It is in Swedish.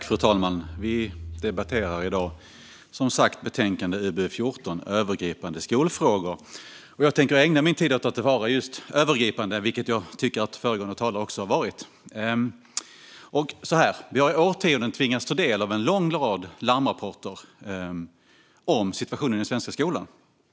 Fru talman! Vi debatterar i dag som sagt betänkande UbU14 Övergripande skolfrågor . Jag tänker ägna min talartid åt att vara just övergripande, vilket jag tycker att föregående talare också har varit. Vi har i årtionden tvingats ta del av en lång rad larmrapporter om situationen i den svenska skolan.